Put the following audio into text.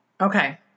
Okay